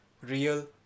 real